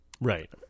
Right